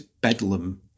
bedlam